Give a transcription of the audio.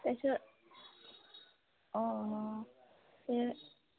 তাৰপিছত অঁ